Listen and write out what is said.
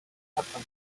happen